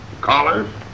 collars